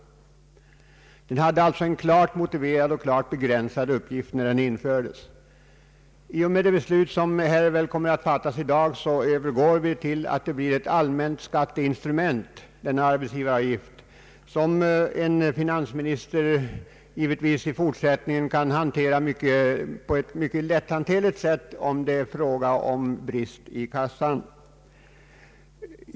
Avgiften hade alltså en klart motiverad och klart begränsad uppgift när den infördes. I och med de beslut som väl kommer att fattas här i dag övergår avgiften till att bli ett allmänt skatteinstrument, som en finansminister givetvis i fortsättningen kan handskas med på ett mycket lätthanterligt sätt om det uppstår brist i statskassan.